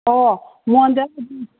ꯑꯣ ꯃꯣꯟꯗꯕꯨꯗꯤ